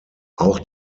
auch